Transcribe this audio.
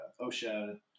OSHA